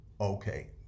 Okay